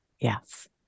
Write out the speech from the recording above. yes